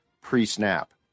pre-snap